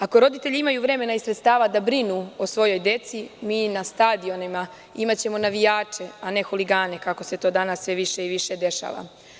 Ako roditelji imaju vremena i sredstava da brinu o svojoj deci i na stadionima imaćemo navijače, a ne huligane, kako se to danas sve više i više dešava.